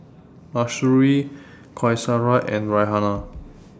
Mahsuri Qaisara and Raihana